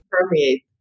permeate